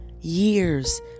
years